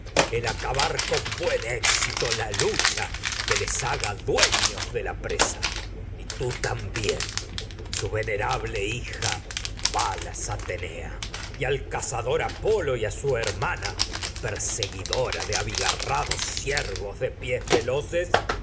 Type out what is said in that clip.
vencedora acabar con de buen la lucha les haga dueños la presa y tú también apolo y su venerable hija palas atene y al hermana cazador a su perseguidora de abigarrados ciervos de de pies veloces